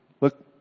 look